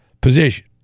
position